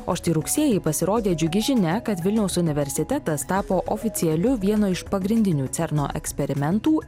o štai rugsėjį pasirodė džiugi žinia kad vilniaus universitetas tapo oficialiu vieno iš pagrindinių cerno eksperimentų